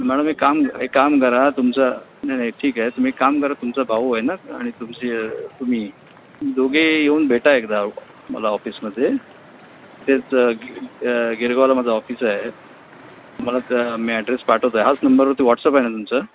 madam एक काम एक काम करा तुमचा नाही नाही ठीक आहे तुम्ही एक काम करा तुमचा भाऊ आहे नं आणि तुमची तुम्ही दोघे येऊन भेटा एकदा मला ऑफिसमध्ये इथेच गि गिरगावला माझं ऑफिस आहे तुम्हाला त्या मी अॅड्रेस पाठवतो ह्याच नंबरवरती व्हॉट्सअप आहे नं तुमचं